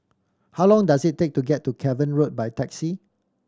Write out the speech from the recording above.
how long does it take to get to Cavan Road by taxi